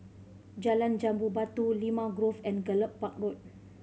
Jalan Jambu Batu Limau Grove and Gallop Park Road